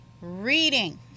reading